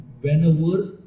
whenever